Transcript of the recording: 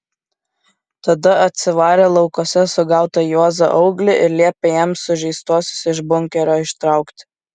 tada atsivarė laukuose sugautą juozą auglį ir liepė jam sužeistuosius iš bunkerio ištraukti